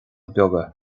beaga